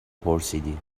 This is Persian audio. پرسیدی